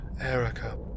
Erica